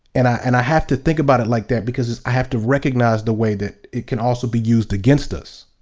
and i and i have to think about it like that because i have to recognize the way that it can also be used against us.